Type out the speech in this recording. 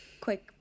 quick